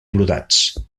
brodats